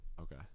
Okay